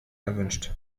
erwünscht